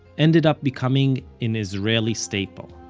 ended up becoming an israeli staple.